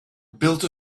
built